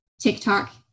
TikTok